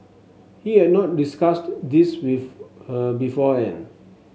he had not discussed this with her beforehand